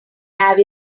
have